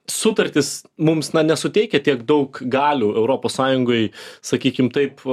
sutartis mums nesuteikia tiek daug galių europos sąjungoj sakykim taip va